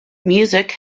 music